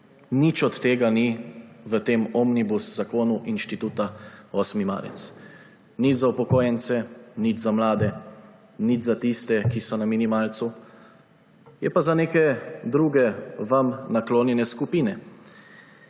nič od tega ni v tem omnibus zakonu Inštituta 8. marec. Nič za upokojence, nič za mlade, nič za tiste, ki so na minimalcu, je pa za neke druge, vam naklonjene skupine.